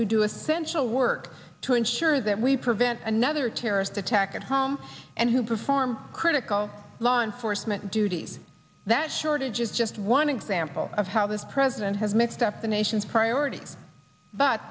who do a sense the work to ensure that we prevent another terrorist attack at home and who perform critical law enforcement duties that shortage is just one example of how this president has mixed up the nation's priorities but